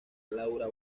laura